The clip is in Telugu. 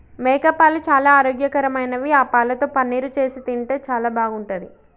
మేకపాలు చాలా ఆరోగ్యకరమైనవి ఆ పాలతో పన్నీరు చేసి తింటే చాలా బాగుంటది